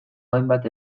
hainbat